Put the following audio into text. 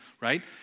right